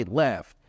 left